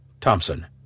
Thompson